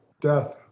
Death